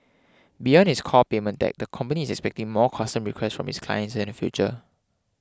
beyond its core payment tech the company is expecting more custom requests from its clients in the future